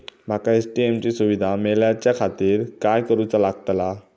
माका ए.टी.एम ची सुविधा मेलाच्याखातिर काय करूचा लागतला?